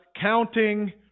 counting